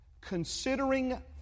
considering